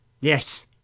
yes